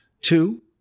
Two